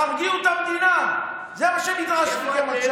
תרגיעו את המדינה, זה מה שנדרש מכם.